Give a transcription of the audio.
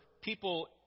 people